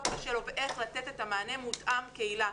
קשה לו ואיך לתת את המענה מותאם קהילה.